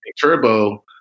turbo